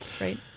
right